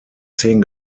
zehn